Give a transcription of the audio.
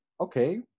okay